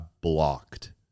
blocked